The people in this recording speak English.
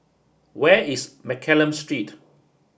where is Mccallum Street